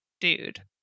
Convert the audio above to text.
Dude